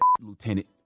Lieutenant